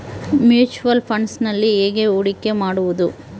Mutual ಫುಣ್ಡ್ನಲ್ಲಿ ಹೇಗೆ ಹೂಡಿಕೆ ಮಾಡುವುದು?